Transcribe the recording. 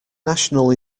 national